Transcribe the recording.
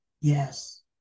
Yes